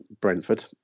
Brentford